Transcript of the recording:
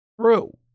true